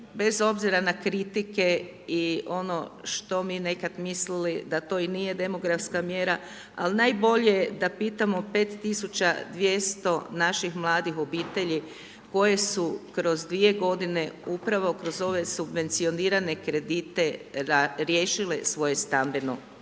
bez obzira na kritike i ono što mi nekad mislili da to i nije demografska mjera, ali najbolje da pitamo 5200 naših mladih obitelji, koje su kroz 2 g. upravo kroz ove subvencionirane kredite riješile svoje stambeno